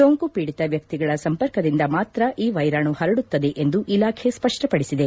ಸೋಂಕುಪೀಡಿತ ವ್ಯಕ್ತಿಗಳ ಸಂಪರ್ಕದಿಂದ ಮಾತ್ರ ಈ ವೈರಾಣು ಹರಡುತ್ತದೆ ಎಂದು ಇಲಾಖೆ ಸ್ಪಷ್ಟಪಡಿಸಿದೆ